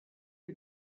que